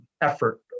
effort